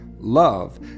love